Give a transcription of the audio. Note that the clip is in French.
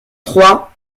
trois